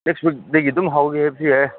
next ꯋꯤꯛꯇꯒꯤ ꯑꯗꯨꯝ ꯍꯧꯒꯦ ꯍꯥꯏꯕꯁꯨ ꯌꯥꯏ